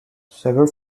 several